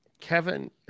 Kevin